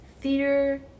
theater